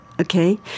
okay